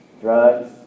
drugs